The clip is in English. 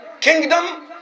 kingdom